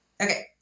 Okay